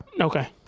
Okay